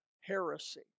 heresy